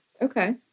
Okay